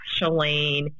Shalane